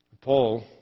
Paul